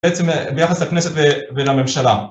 בעצם ביחס לכנסת ולממשלה.